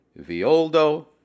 Violdo